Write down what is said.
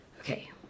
Okay